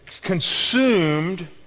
consumed